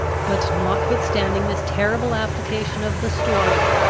but, notwithstanding this terrible application of the story,